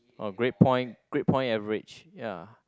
or grade point grade point average ya